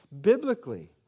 biblically